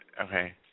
Okay